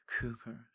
Cooper